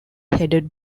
headed